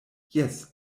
jes